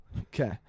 Okay